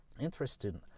interesting